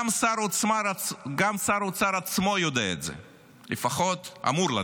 גם שר האוצר עצמו יודע את זה, לפחות אמור לדעת.